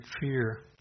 fear